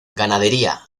ganadería